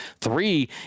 three